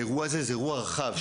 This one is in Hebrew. האירוע הזה הוא אירוע רחב,